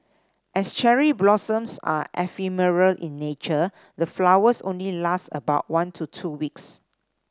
as cherry blossoms are ephemeral in nature the flowers only last about one to two weeks